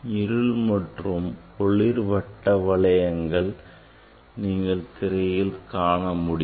இருள் மற்றும் ஒளிர் வட்ட வளையங்களை நீங்கள் திரையில் காணமுடியும்